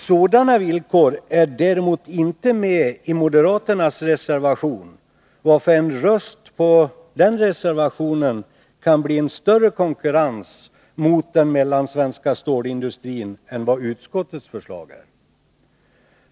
Sådana villkor är däremot inte med i moderaternas reservation, varför en röst på den reservationen kan leda till större konkurrens för den mellansvenska stålindustrin än vad en röst på utskottets förslag kan föranleda.